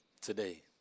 Today